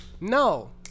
No